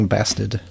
Bastard